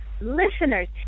listeners